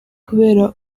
kubera